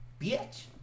bitch